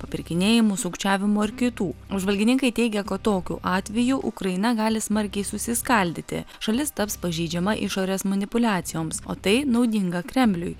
papirkinėjimų sukčiavimo ir kitų apžvalgininkai teigia kad tokiu atveju ukraina gali smarkiai susiskaldyti šalis taps pažeidžiama išorės manipuliacijoms o tai naudinga kremliui